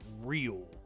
real